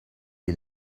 est